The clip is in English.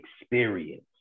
experience